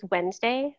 Wednesday